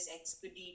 expedite